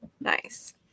Nice